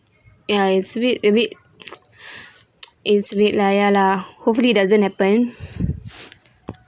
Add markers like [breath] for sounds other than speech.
ya it's a bit a bit [noise] [breath] [noise] it's a bit like ya lah hopefully doesn't happen